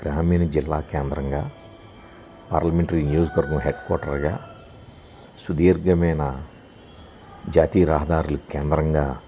గ్రామీణ జిల్లా కేంద్రంగా పార్లమెంటరీ న్యూస్ గర్ం హెడ్ కవాార్టర్గా సుదీర్ఘమైన జాతీ రాదారుల కేంద్రంగా